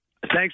Thanks